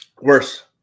Worse